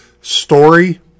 story